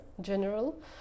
general